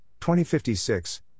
2056